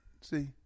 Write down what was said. See